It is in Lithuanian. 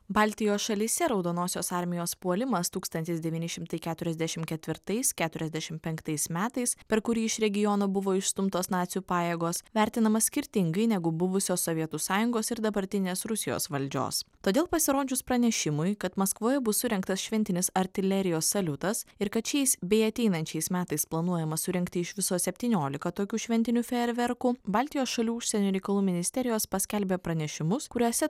baltijos šalyse raudonosios armijos puolimas tūkstantis devyni šimtai keturiasdešim ketvirtais keturiasdešim penktais metais per kurį iš regiono buvo išstumtos nacių pajėgos vertinamas skirtingai negu buvusios sovietų sąjungos ir dabartinės rusijos valdžios todėl pasirodžius pranešimui kad maskvoje bus surengtas šventinis artilerijos saliutas ir kad šiais bei ateinančiais metais planuojama surengti iš viso septyniolika tokių šventinių fejerverkų baltijos šalių užsienio reikalų ministerijos paskelbė pranešimus kuriuose